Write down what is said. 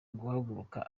guhaguruka